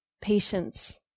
patience